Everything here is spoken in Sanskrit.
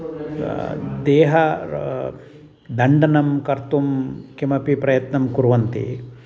देह दण्डनं कर्तुं किमपि प्रयत्नं कुर्वन्ति